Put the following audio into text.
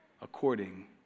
according